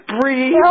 breathe